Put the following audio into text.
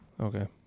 Okay